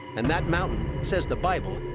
and that mountain, says the bible,